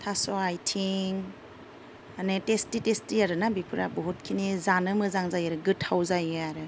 थास' आइथिं माने टेस्टि टेस्टि आरोना बेफोरो बहुतखिनि जानो मोजां जायो आरो गोथाव जायो आरो